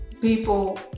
people